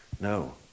no